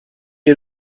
had